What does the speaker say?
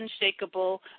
unshakable